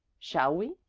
shall we?